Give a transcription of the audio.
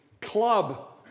club